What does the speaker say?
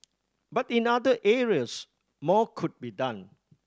but in other areas more could be done